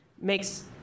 makes